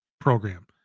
program